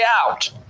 out